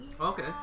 okay